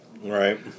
Right